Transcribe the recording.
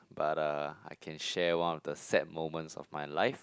but ah I can share one of the sad moments of my life